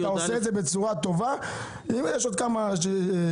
אתה עושה את זה בצורה טובה למרות שיש עוד כמה שיפורים.